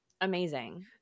amazing